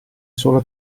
solo